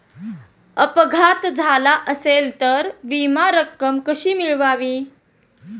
अपघात झाला असेल तर विमा रक्कम कशी मिळवावी?